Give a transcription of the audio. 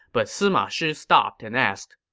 but sima shi stopped and asked,